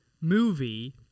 movie